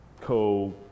co